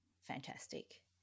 fantastic